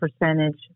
percentage